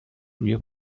روی